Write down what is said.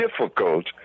difficult